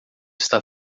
está